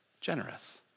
generous